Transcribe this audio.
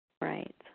Right